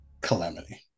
calamity